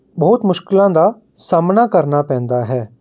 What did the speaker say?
ਬਹੁਤ ਮੁਸ਼ਕਿਲਾਂ ਦਾ ਸਾਹਮਣਾ ਕਰਨਾ ਪੈਂਦਾ ਹੈ